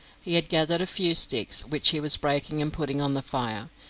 he had gathered a few sticks, which he was breaking and putting on the fire.